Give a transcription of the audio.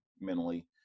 mentally